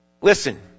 Listen